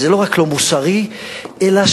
זה לא רק לא מוסרי, אלא